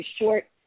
short